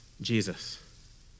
Jesus